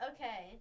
Okay